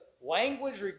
language